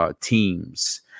teams